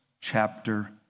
chapter